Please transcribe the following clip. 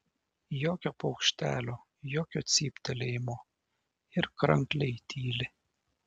jokio paukštelio jokio cyptelėjimo ir krankliai tyli